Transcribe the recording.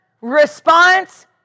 response